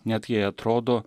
net jei atrodo